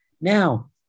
Now